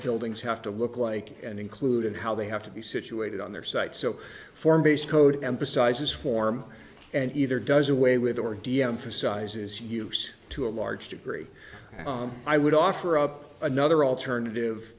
buildings have to look like and included how they have to be situated on their site so form based code emphasizes form and either does away with or deemphasize is use to a large degree i would offer up another alternative